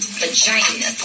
vagina